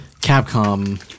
Capcom